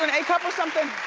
and a cup, or something?